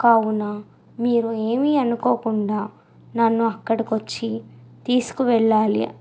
కావున మీరు ఏమి అనుకోకుండా నన్ను అక్కడకు వచ్చి తీసుకువెళ్లాలి